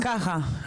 ככה,